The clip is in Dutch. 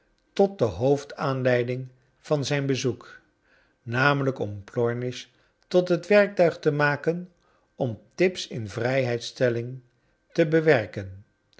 tot de hoofdaanleiding van zijn bezoek nl om plomish tot bet werktuig te maken om tip's invrijheidss telling te bewerken